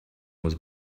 was